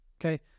Okay